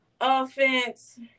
offense